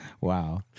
Wow